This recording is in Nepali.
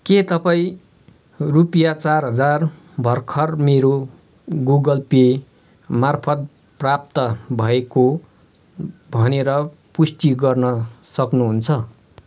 के तपईँ रुपियाँ चार हजार भर्खर मेरो गुगल पे मार्फत प्राप्त भएको भनेर पुष्टि गर्न सक्नुहुन्छ